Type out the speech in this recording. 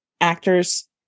actors